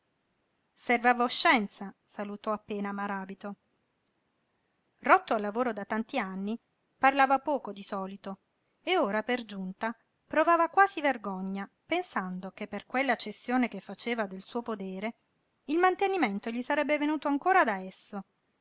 sudore serv'a voscenza salutò appena maràbito rotto al lavoro da tanti anni parlava poco di solito e ora per giunta provava quasi vergogna pensando che per quella cessione che faceva del suo podere il mantenimento gli sarebbe venuto ancora da esso